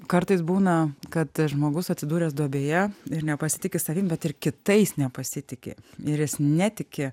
kartais būna kad žmogus atsidūręs duobėje ir nepasitiki savim bet ir kitais nepasitiki ir jis netiki